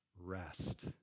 rest